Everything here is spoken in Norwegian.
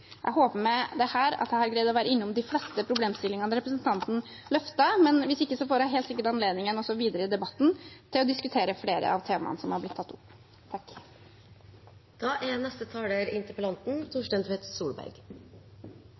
Jeg håper med dette at jeg har greid å være innom de fleste problemstillingene som representanten løftet. Hvis ikke får jeg helt sikkert anledning også videre i debatten til å diskutere flere av temaene som er blitt tatt opp. Jeg vil takke statsråden for svaret og at vi er